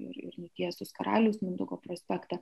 ir ir nutiesus karaliaus mindaugo prospektą